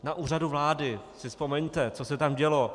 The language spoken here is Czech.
Na Úřadu vlády, si vzpomeňte, co se tam dělo.